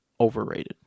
overrated